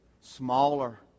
Smaller